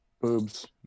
Boobs